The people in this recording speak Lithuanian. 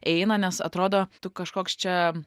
eina nes atrodo tu kažkoks čia